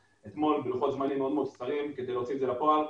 אתמול בלוחות זמנים מאוד מאוד קצרים כדי להוציא את זה לפועל.